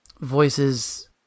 voices